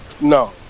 No